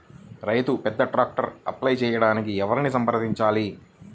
రైతు పెద్ద ట్రాక్టర్కు అప్లై చేయడానికి ఎవరిని సంప్రదించాలి?